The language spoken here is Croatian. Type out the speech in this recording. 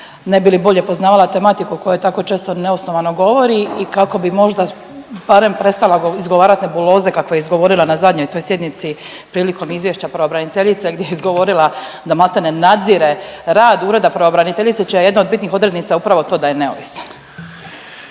ne bi li bolje poznavala tematiku o kojoj tako često neosnovano govori i kako bi možda barem prestala izgovarati nebuloze kakve je izgovorila na zadnjoj toj sjednici prilikom izvješća pravobraniteljice gdje je izgovorila da maltene nadzire rad Ureda pravobraniteljice čija je jedna od bitnih odrednica upravo to da je neovisan.